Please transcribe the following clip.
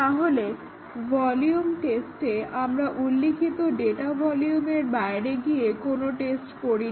তাহলে ভলিউম টেস্টে আমরা উল্লিখিত ডাটা ভলিউমের বাইরে গিয়ে কোনো টেস্ট করি না